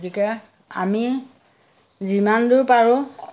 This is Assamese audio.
গতিকে আমি যিমান দূৰ পাৰোঁ